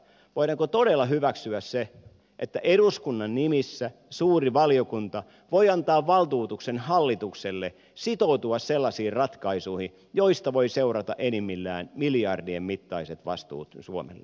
voidaanko todella hyväksyä se että eduskunnan nimissä suuri valiokunta voi antaa valtuutuksen hallitukselle sitoutua sellaisiin ratkaisuihin joista voi seurata enimmillään miljardien mittaiset vastuut suomelle